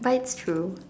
but it's true